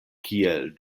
kiel